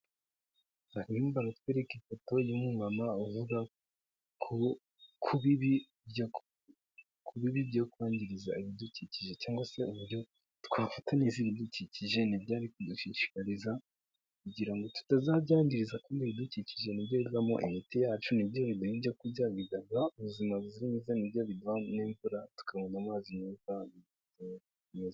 Hanyumamba utwereke ifoto y'umwumama uvuga kubibi ku bibi byo kwangiza ibidukikije cyangwa se uburyo twafata neza ibidukikije ntibyari,